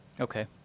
Okay